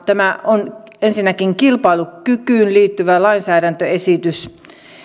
tämä on ensinnäkin kilpailukykyyn liittyvä lainsäädäntöesitys